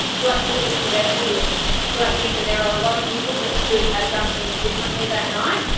do i think it was preventable? yes. do i think that there are a lot of people that should have done things differently that night?